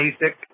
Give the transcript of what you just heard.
basic